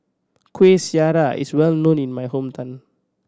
Kuih Syara is well known in my hometown